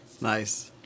nice